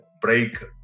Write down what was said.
break